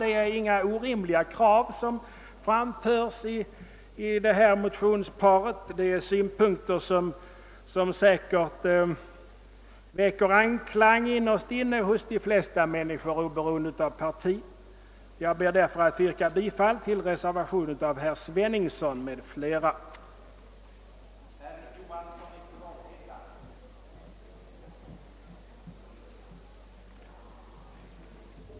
Det är inga orimliga krav som framförs i detta motionspar, och de synpunkter som där anförs väcker säkert anklang innerst inne hos de flesta människor, oberoende av parti. Jag ber därför att få yrka bifall till reservationen av herr Sveningsson m.fl. Åtgärder för att fördjupa och stärka det svenska folkstyret